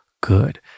good